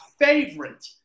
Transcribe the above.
favorite